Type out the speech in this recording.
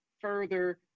further